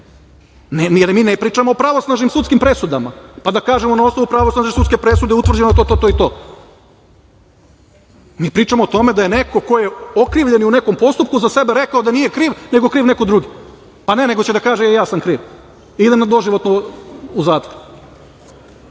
ne pričamo o pravosnažnim sudskim presudama pa da kažemo - na osnovu pravosnažne sudske presude utvrđeno je to, to i to. Mi pričamo o tome da je neko ko je okrivljeni u nekom postupku za sebe rekao da nije kriv nego je rekao da je kriv neko drugi. Pa ne, nego će da kaže – e, ja sam kriv, idem doživotno u zatvor.